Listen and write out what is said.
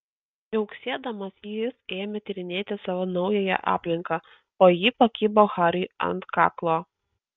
viauksėdamas jis ėmė tyrinėti savo naująją aplinką o ji pakibo hariui ant kaklo